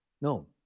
No